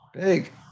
big